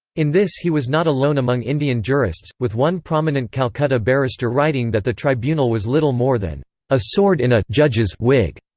in this he was not alone among indian jurists, with one prominent calcutta barrister writing that the tribunal was little more than a sword in a wig. wig.